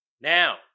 Now